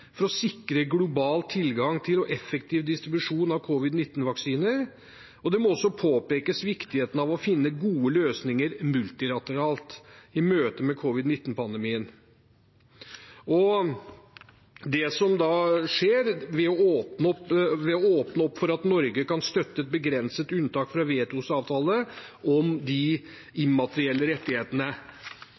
for å sikre global tilgang til og effektiv distribusjon av covid-19-vaksiner. Viktigheten av å finne gode løsninger multilateralt i møte med covid-19-pandemien må også påpekes. Det skjer ved å åpne opp for at Norge kan støtte et begrenset unntak fra WTOs avtale om de immaterielle rettighetene.